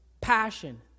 passion